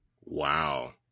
Wow